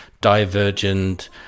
divergent